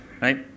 right